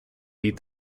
beat